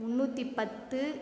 முன்னூற்றி பத்து